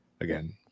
Again